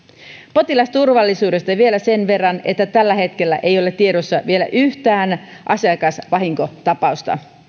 potilasturvallisuudesta vielä sen verran että tällä hetkellä ei ole tiedossa vielä yhtään asiakasvahinkotapausta